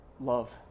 Love